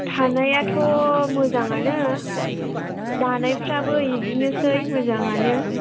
थानायाथ' मोजाङानो जानायफ्राबो बिदिनोसै मोजाङानो